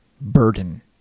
burden